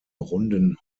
runden